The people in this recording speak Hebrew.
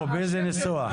באיזה ניסוח?